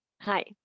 Hi